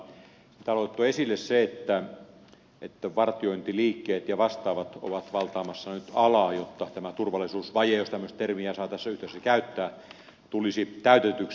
täällä on otettu esille se että vartiointiliikkeet ja vastaavat ovat valtaamassa nyt alaa jotta tämä turvallisuusvaje jos tämmöistä termiä saa tässä yhteydessä käyttää tulisi täytetyksi